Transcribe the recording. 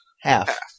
Half